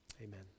Amen